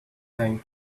time